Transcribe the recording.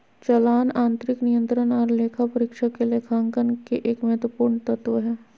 चालान आंतरिक नियंत्रण आर लेखा परीक्षक के लेखांकन के एक महत्वपूर्ण तत्व हय